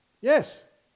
Yes